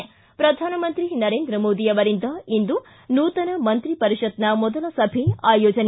್ತಿ ಪ್ರಧಾನಮಂತ್ರಿ ನರೇಂದ್ರ ಮೋದಿ ಅವರಿಂದ ಇಂದು ನೂತನ ಮಂತ್ರಿ ಪರಿಷತ್ನ ಮೊದಲ ಸಭೆ ಆಯೋಜನೆ